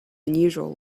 unusual